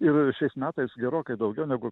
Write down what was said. ir šiais metais gerokai daugiau negu